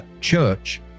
church